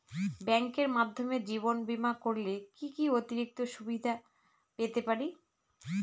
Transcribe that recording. ব্যাংকের মাধ্যমে জীবন বীমা করলে কি কি অতিরিক্ত সুবিধে পেতে পারি?